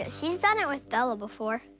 ah she's done it with bella before.